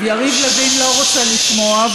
יריב לוין לא רוצה לשמוע,